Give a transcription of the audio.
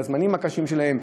בזמנים הקשים שלהם,